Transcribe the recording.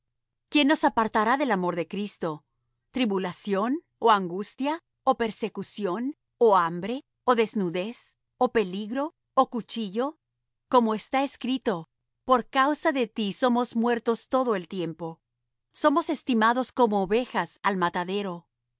quién nos apartará del amor de cristo tribulación ó angustia ó persecución ó hambre ó desnudez ó peligro ó cuchillo como está escrito por causa de ti somos muertos todo el tiempo somos estimados como ovejas de matadero